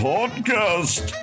Podcast